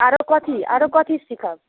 आरो कथी आरो कथी सीखब